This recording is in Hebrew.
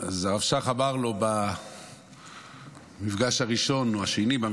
הרב שך אמר לו במפגשים הראשונים: